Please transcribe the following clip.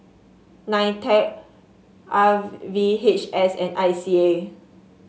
Nitec R V H S and I C A